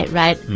right